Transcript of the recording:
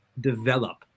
develop